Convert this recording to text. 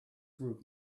group